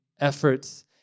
efforts